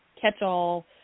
catch-all